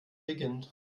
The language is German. beginnt